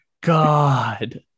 God